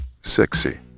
sexy